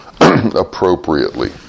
appropriately